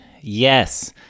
Yes